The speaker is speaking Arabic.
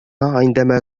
عندما